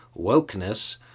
wokeness